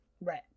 Right